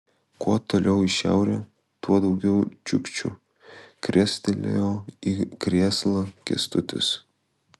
kuo toliau į šiaurę tuo daugiau čiukčių krestelėjo į krėslą kęstutis